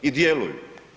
I djeluju.